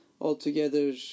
altogether